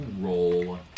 roll